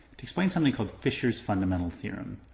to explain something called fisher's fundamental theorem.